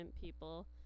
people